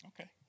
Okay